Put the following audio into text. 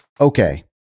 okay